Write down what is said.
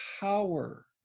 power